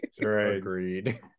Agreed